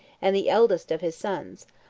and the eldest of his sons,